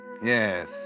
Yes